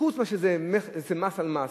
חוץ מאשר שזה מס על מס,